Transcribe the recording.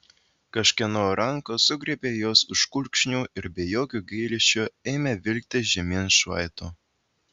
kažkieno rankos sugriebė juos už kulkšnių ir be jokio gailesčio ėmė vilkti žemyn šlaitu